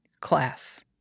class